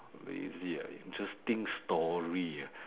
lazy ah interesting story ah